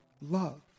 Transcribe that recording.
love